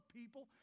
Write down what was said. people